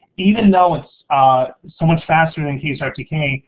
even though it's so much faster encase or ftk,